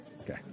Okay